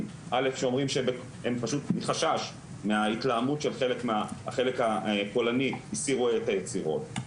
שאומרים שהם פשוט מחשש מההתלהמות של החלק ה"הקולני" הסירו את היצירות,